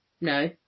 No